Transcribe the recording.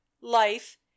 life